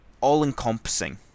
all-encompassing